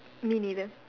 me neither